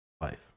life